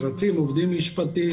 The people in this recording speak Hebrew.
מלווים משפטית.